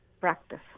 practice